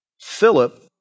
Philip